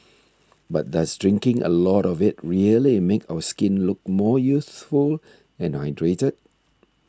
but does drinking a lot of it really make our skin look more youthful and hydrated